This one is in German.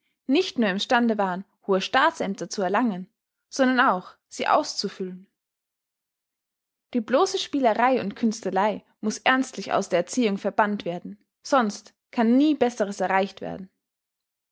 nicht nur im stande waren hohe staatsämter zu erlangen sondern auch sie auszufüllen die bloße spielerei und künstelei muß ernstlich aus der erziehung verbannt werden sonst kann nie besseres erreicht werden